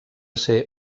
ser